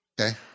okay